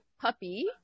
puppy